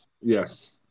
Yes